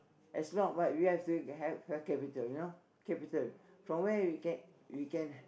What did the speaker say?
as long what we have to have have capital you know capital from where we can we can